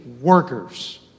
workers